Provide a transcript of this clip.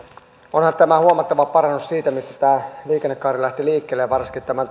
onhan tämä huomattava parannus siitä mistä tämä liikennekaari lähti liikkeelle varsinkin tämän